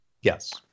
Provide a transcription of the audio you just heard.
Yes